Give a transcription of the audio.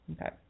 Okay